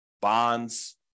bonds